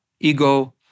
Ego